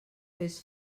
fes